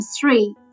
three